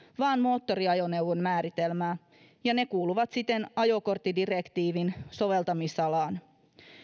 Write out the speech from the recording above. vaan moottoriajoneuvon määritelmää ja ne kuuluvat siten ajokorttidirektiivin soveltamisalaan